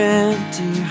empty